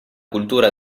cultura